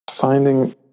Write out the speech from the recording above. finding